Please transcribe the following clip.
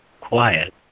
quiet